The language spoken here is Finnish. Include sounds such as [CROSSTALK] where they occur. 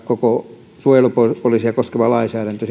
koko suojelupoliisia koskeva lainsäädäntö [UNINTELLIGIBLE]